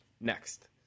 next